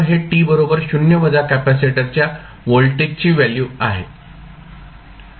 V0 हे t बरोबर 0 वजा कॅपेसिटरच्या व्होल्टेजची व्हॅल्यू आहे